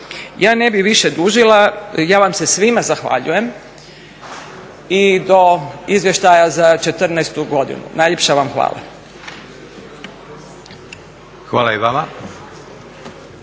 Ja ne bih više dužila. Ja vam se svima zahvaljujem i do izvještaja za '14. godinu. Najljepša vam hvala. **Leko, Josip